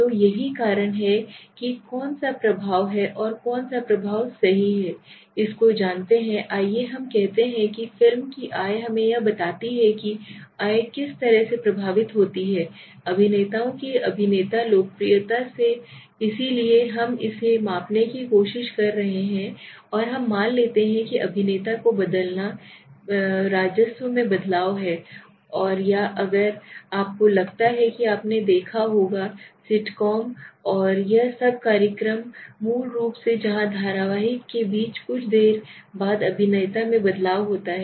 तो यही कारण है कि कौन सा प्रभाव है और कौन सा प्रभाव सही है इसको जानते हैं आइए हम कहते हैं कि फिल्म की आय हमें यह बताती है कि आय किस तरह से प्रभावित होती है अभिनेताओं की अभिनेता लोकप्रियता से इसलिए हम इसे मापने की कोशिश कर रहे हैं और हम मान लेते हैं कि अभिनेता को बदलना राजस्व में बदलाव है या अगर आपको लगता है कि आपने देखा होगा सिटकॉम और यह सब कार्यक्रम मूल रूप से जहां धारावाहिक के बीच कुछ देर बाद अभिनेता में बदलाव है